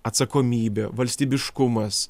atsakomybė valstybiškumas